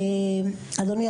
אדוני,